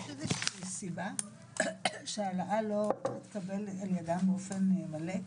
יש איזושהי סיבה שההעלאה לא תתקבל אל ידם באופן מלא?